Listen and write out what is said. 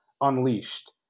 unleashed